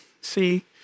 See